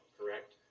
correct